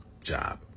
job